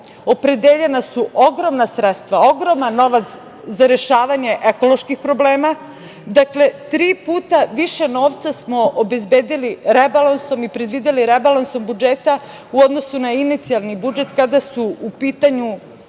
opredeljena su ogromna sredstva, ogroman novac za rešavanje ekoloških problema. Dakle, tri puta više novca smo obezbedili rebalansom i predvideli rebalansom budžeta u odnosu na inicijalni budžet, kada su u pitanju